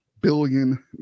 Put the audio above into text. billion